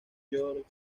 george